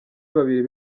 babiri